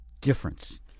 difference